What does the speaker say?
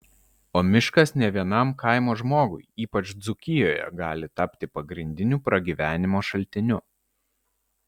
o miškas ne vienam kaimo žmogui ypač dzūkijoje gali tapti pagrindiniu pragyvenimo šaltiniu